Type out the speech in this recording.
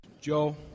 Joe